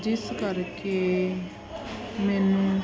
ਜਿਸ ਕਰਕੇ ਮੈਨੂੰ